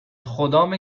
خدامه